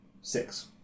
six